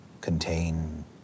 contain